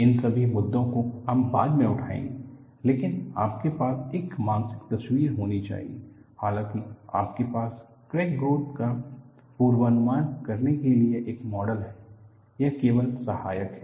इन सभी मुद्दों को हम बाद में उठाएंगे लेकिन आपके पास एक मानसिक तस्वीर होनी चहिए हालांकि आपके पास क्रैक ग्रोथ का पूर्वानुमान करने के लिए एक मॉडल है यह केवल सहायक है